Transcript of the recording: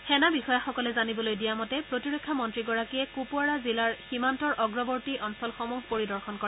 সেনা বিষয়াসকলে জানিবলৈ দিয়া মতে প্ৰতিৰক্ষা মন্ৰীগৰাকীয়ে কুপৱাৰা জিলাৰ সীমান্তৰ অগ্ৰবৰ্তী অঞ্চলসমূহ পৰিদৰ্শন কৰে